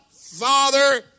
father